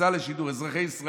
פריצה לשידור: אזרחי ישראל,